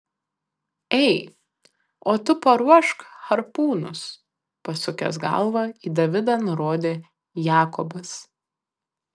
ei o tu paruošk harpūnus pasukęs galvą į davidą nurodė jakobas